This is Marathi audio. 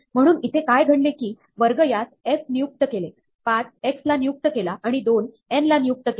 म्हणून इथे काय घडले की वर्ग यास f नियुक्त केले 5 x ला नियुक्त केला आणि 2 n ला नियुक्त केला